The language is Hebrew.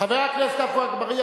חבר הכנסת עפו אגבאריה,